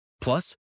Plus